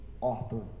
author